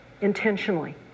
intentionally